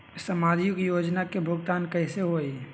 समाजिक योजना के भुगतान कैसे होई?